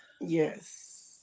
Yes